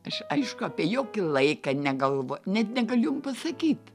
aš aišku apie jokį laiką negalvo net negaliu pasakyt